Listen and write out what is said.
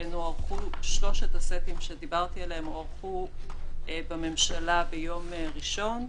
שלושת הסטים שדיברתי עליהם הוארכו בממשלה ביום ראשון,